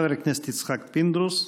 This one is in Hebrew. חבר הכנסת יצחק פינדרוס.